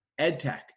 EdTech